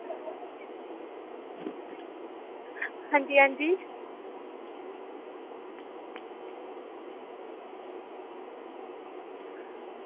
अंजी अंजी